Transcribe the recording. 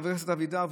חבר הכנסת אבידר,